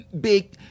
big